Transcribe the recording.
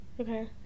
Okay